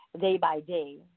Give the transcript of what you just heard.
day-by-day